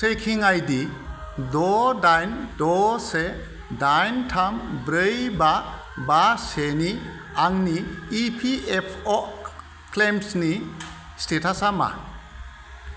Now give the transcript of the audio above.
trekking ID द' डाइन द' से डाइन थाम ब्रै बा बा सेनि आंनि इपिएफअ क्लेइमसनि स्टेटासा मा